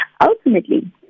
Ultimately